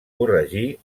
corregir